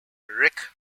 rick